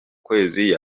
kwezi